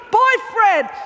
boyfriend